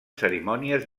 cerimònies